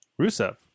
Rusev